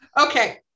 Okay